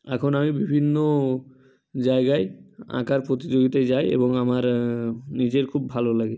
এখন আমি বিভিন্ন জায়গায় আঁকার প্রতিযোগিতায় যাই এবং আমার নিজের খুব ভালো লাগে